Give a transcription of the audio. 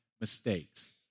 mistakes